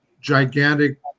gigantic